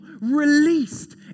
released